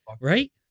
right